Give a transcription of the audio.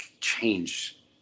change